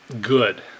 good